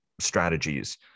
strategies